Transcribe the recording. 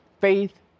faith